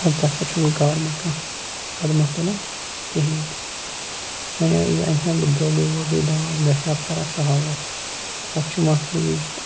تَتھ پیٹھ چھُنہٕ گورمنٹ کانٛہہ قَدما تُلان کِہِنۍ تہِ وۄنۍ اَگر یہِ اَنہِ ہا درۄگُے وۄگُے دَوا گَژھِ ہا فرق سَہَل اوس تَتھ چھُ مَسلہٕ یہِ زِ